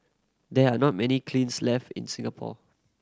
there are not many kilns left in Singapore